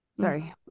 Sorry